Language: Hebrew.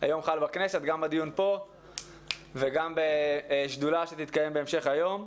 היום חל בכנסת גם בדיון פה וגם בשדולה שתתקיים בהמשך היום.